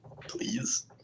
please